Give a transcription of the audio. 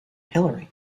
hillary